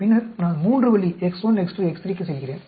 பின்னர் நான் மூன்று வழி X1 X2 X3 க்கு செல்கிறேன்